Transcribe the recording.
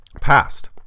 past